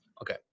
Okay